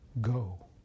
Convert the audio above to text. go